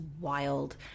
wild